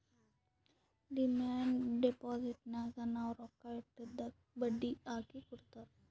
demand ಡಿಪೋಸಿಟ್ನಾಗ್ ನಾವ್ ರೊಕ್ಕಾ ಇಟ್ಟಿದ್ದುಕ್ ಬಡ್ಡಿ ಹಾಕಿ ಕೊಡ್ತಾರ್